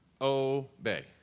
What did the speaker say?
obey